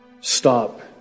stop